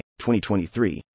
2023